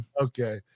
Okay